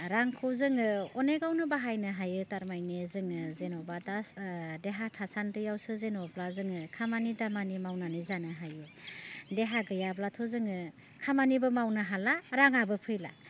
रांखौ जोङो अनेकआवनो बाहायनो हायो थारमाने जोङो जेनेबा दास देहा थासान्दियावसो जेनेब्ला जोङो खामानि दामानि मावनानै जानो हायो देहा गैयाब्लाथ' जोङो खामानिबो मावनो हाला राङाबो फैला